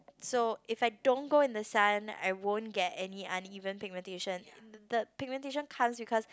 so if I don't go in the sun I won't get any uneven pigmentation the pigmentation come because